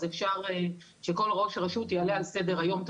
אפשר שכל ראש רשות יעלה על סדר היום את